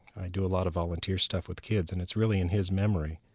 i do a lot of volunteer stuff with kids, and it's really in his memory